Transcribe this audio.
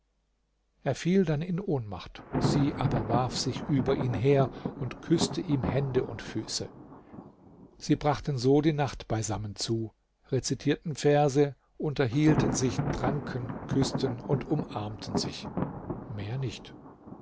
er fiel dann in ohnmacht sie aber warf sich über ihn her und küßte ihm hände und füße sie brachten so die nacht beisammen zu rezitierten verse unterhielten sich tranken küßten und umarmten sich mehr nicht